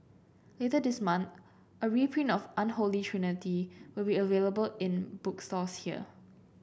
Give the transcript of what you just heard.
later this month a reprint of Unholy Trinity will be available in bookstores here